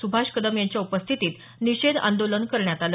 सुभाष कदम यांच्या उपस्थितीत निषेध आंदोलन करण्यात आलं